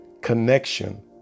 connection